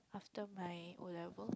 after my O-levels